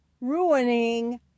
ruining